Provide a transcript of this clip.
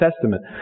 Testament